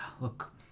Look